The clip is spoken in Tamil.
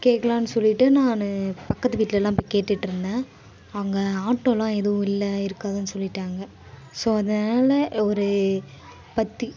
கேட்கலானு சொல்லிகிட்டு நான் பக்கத்து வீட்லெலாம் போய் கேட்டுட்ருந்தேன் அவங்க ஆட்டோலாம் எதுவும் இல்லை இருக்காதுன்னு சொல்லிட்டாங்க ஸோ அதனால் ஒரு பத்து